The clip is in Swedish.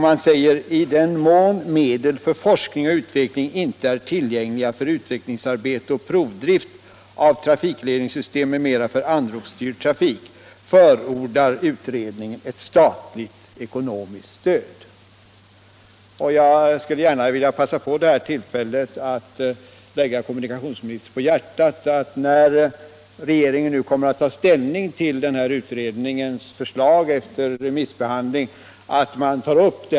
Man säger: ”I den mån medel för forskning och utveckling inte är tillgängliga för utvecklingsarbete och provdrift av trafikledningssystem m.m. för anropsstyrd trafik, förordar KOLT statligt ekonomiskt stöd.” Jag skulle gärna vilja passa på detta tillfälle att lägga kommunikationsministern på hjärtat att ta upp den frågan när regeringen nu kommer att ta ställning till utredningens förslag efter remissbehandling.